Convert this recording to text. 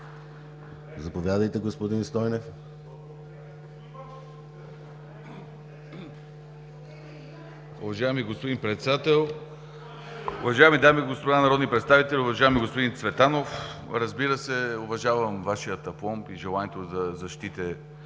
Заповядайте, господин Стойнев.